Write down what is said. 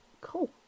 cool